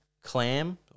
Clam